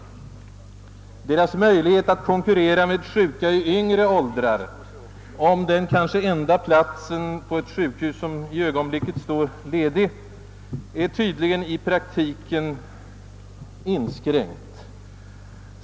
Deras möjligheter att konkurrera med sjuka i yngre åldrar om den kanske enda platsen på ett sjukhus som i ögonblicket står ledig är tydligen begränsade.